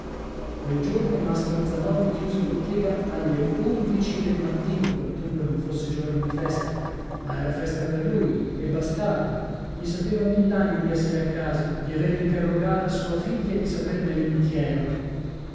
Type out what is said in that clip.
quel giorno mastro zanobi chiuse bottega alle undici del mattino quantunque non fosse giorno di festa ma era festa per lui a bastava gli sapeva mill'anni di essere a casa di avere interrogata sua figlia e di saperne